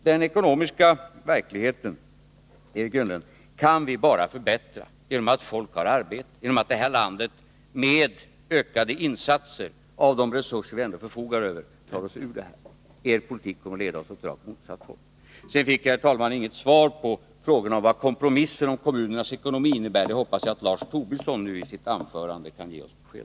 Den ekonomiska verkligheten, Eric Enlund, kan vi bara förbättra genom att ge folk arbete och genom att öka insatserna med hjälp av de resurser vi ändå förfogar över. Det kan leda oss ur krisen. Er politik kommer att leda oss åt rakt motsatt håll. Sedan fick jag, herr talman, inget svar på frågan om vad kompromissen om kommunernas ekonomi innebär. Jag hoppas att Lars Tobisson i sitt anförande kan ge besked om det.